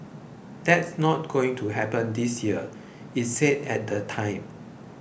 that's not going to happen this year it said at the time